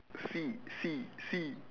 si si si